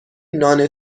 نان